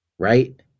right